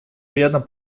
приятно